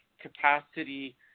capacity